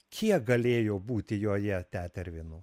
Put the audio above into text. kiek galėjo būti joje tetervinų